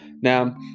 Now